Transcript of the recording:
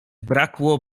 brakło